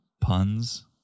Puns